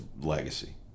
legacy